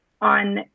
on